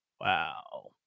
Wow